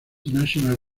national